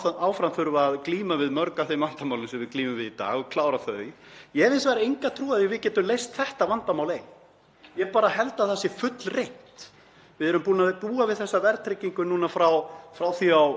Við höfum búið við þessa verðtryggingu frá því á áttunda áratugnum og þetta hefur ekki verið leyst með ómældum skaða fyrir alþýðu þessa lands.